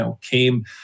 came